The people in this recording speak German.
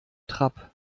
trab